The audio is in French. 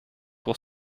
pour